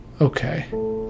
okay